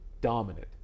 dominant